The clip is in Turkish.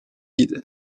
idi